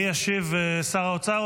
מי ישיב, שר האוצר?